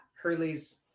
hurley's